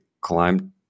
climb